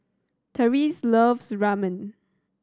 Tyrese loves Ramen